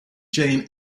jane